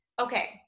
okay